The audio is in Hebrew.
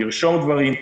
לרשום דברים,